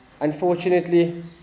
unfortunately